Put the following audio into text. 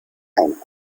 ein